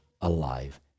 alive